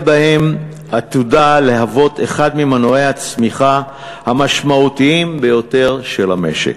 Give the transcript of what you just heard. בהם עתודה להוות אחד ממנועי הצמיחה המשמעותיים ביותר של המשק.